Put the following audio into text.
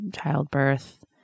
childbirth